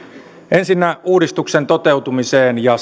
ensinnä uudistuksen toteutuminen ja